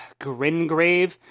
Gringrave